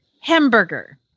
hamburger